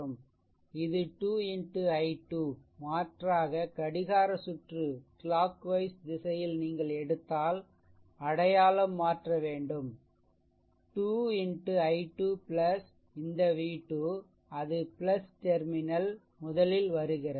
அது 2x i2 மாற்றாக கடிகார சுற்று திசையில் நீங்கள் எடுத்தால் அடையாளம் மாற்றவேண்டும் 2 x i2 இந்த v2 அது டெர்மினல் முதலில் வருகிறது